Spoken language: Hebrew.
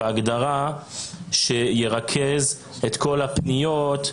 הוא מרכז את כל הפניות.